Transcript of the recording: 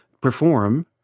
perform